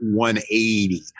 180